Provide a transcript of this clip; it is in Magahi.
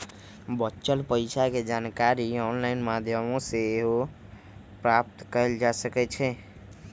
बच्चल पइसा के जानकारी ऑनलाइन माध्यमों से सेहो प्राप्त कएल जा सकैछइ